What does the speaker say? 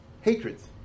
hatreds